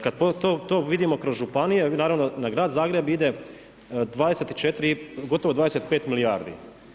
Kad to vidimo kroz županije, naravno na grad Zagreb ide 24, gotovo 25 milijardi.